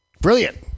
Brilliant